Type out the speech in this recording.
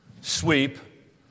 Sweep